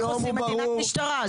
איך עושים מדינת משטרה?